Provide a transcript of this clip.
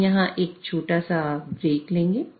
हम यहां एक छोटा ब्रेक लेंगे